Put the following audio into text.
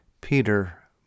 Peter